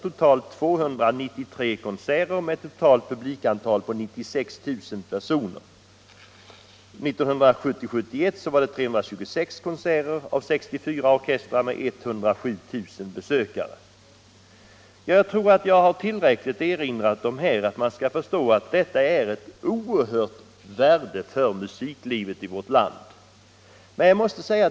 Sveriges orkesterföreningars riksförbunds verksamhet är av stort värde för musiklivet i vårt land.